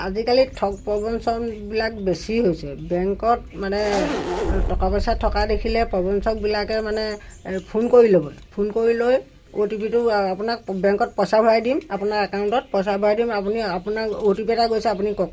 আজিকালি ঠগ প্ৰবঞ্চনবিলাক বেছি হৈছে বেংকত মানে টকা পইচা থকা দেখিলে প্ৰবঞ্চকবিলাকে মানে ফোন কৰি ল'ব ফোন কৰি লৈ অ' টি পিটো আপোনাক বেংকত পইচা ভৰাই দিম আপোনাৰ একাউণ্টত পইচা ভৰাই দিম আপুনি আপোনাৰ অ' টি পি এটা গৈছে আপুনি কওক